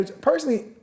Personally